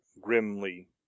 grimly